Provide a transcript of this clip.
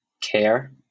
care